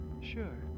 Sure